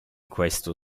questo